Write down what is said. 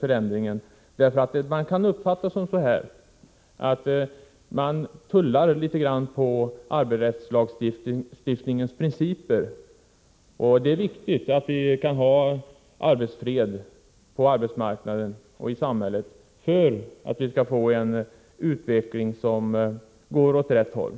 förändringen. Det kan nämligen uppfattas som att socialdemokraterna tullar litet på arbetsrättslagstiftningens principer. Det är viktigt att vi har fred på arbetsmarknaden och i samhället för att vi skall kunna få en utveckling som går åt rätt håll.